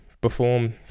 perform